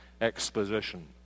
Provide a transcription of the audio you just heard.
exposition